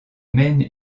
mène